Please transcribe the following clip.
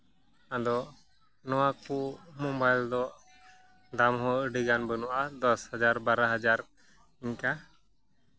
ᱟᱫᱚ ᱱᱚᱣᱟ ᱠᱚ ᱢᱳᱵᱟᱭᱤᱞ ᱫᱚ ᱫᱟᱢ ᱦᱚᱸ ᱟᱹᱰᱤ ᱜᱟᱱ ᱵᱟᱹᱱᱩᱜᱼᱟ ᱫᱚᱥ ᱦᱟᱡᱟᱨ ᱵᱟᱨᱳ ᱦᱟᱡᱟᱨ ᱤᱱᱠᱟ